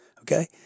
okay